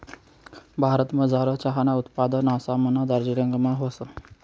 भारतमझार चहानं उत्पादन आसामना दार्जिलिंगमा व्हस